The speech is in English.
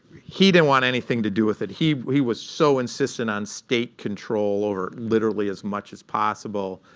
he didn't want anything to do with it. he he was so insistent on state control over, literally, as much as possible.